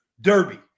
derby